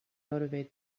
motivate